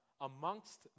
amongst